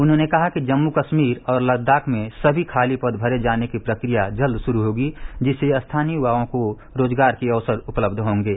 उन्होंने कहा कि जम्मू कश्मीर और लदाख़ में सभी खाली पद भरे जाने की प्रक्रिया जल्द शुरू होगी जिससे स्थानीय युवाओं को रोजगार के अवसर उपलब्ध होगे